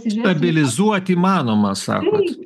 stabilizuot įmanoma sakot